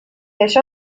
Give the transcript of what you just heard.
això